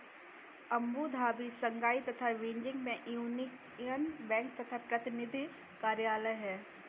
Abu Dhabi, Shanghai तथा Beijing में यूनियन बैंक का प्रतिनिधि कार्यालय है?